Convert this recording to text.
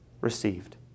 received